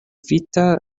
vita